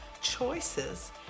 choices